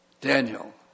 Daniel